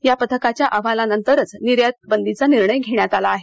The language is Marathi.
या पथकाच्या अहवालानंतरच निर्यात बंदीचा निर्णय झाला आहे